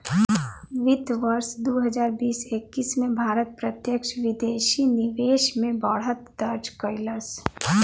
वित्त वर्ष दू हजार बीस एक्कीस में भारत प्रत्यक्ष विदेशी निवेश में बढ़त दर्ज कइलस